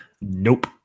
Nope